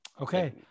Okay